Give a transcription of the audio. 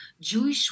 Jewish